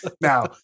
Now